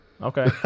okay